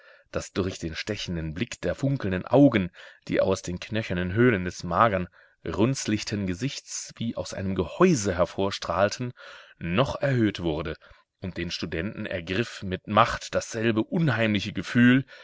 das durch den stechenden blick der funkelnden augen die aus den knöchernen höhlen des magern runzlichten gesichts wie aus einem gehäuse hervorstrahlten noch erhöht wurde und den studenten ergriff mit macht dasselbe unheimliche gefühl